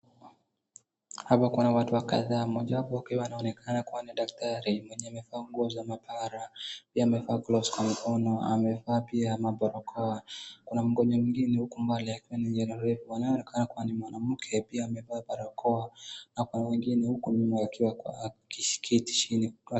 Hapa kuna watu wakadhaa, moja wapo akiwa anaonekana kuwa ni daktari mwenye amevaa nguo za maabara pia amevaa gloves kwa mkono amevaa pia mabarakoa, kuna mgonjwa mwingine huko mbali akiwa amejeruhiwa, anayeonekana kuwa ni mwanamke pia amevaa barakoa hapo mwingine huko nyuma akiwa akiketi chini.